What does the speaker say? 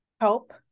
help